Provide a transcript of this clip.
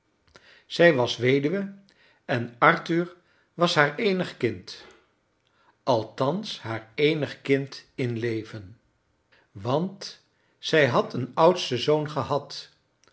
zij was weduwe en arthur was haar eenig kind althans haar eenig kind in leven want zij had een oudsten zoon gehad